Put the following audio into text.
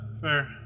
fair